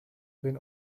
been